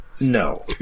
No